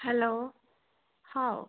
hello how